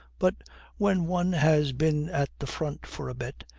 but when one has been at the front for a bit,